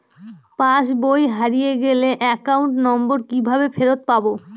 পাসবই হারিয়ে গেলে account number কিভাবে ফেরত পাব?